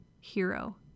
hero